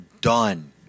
done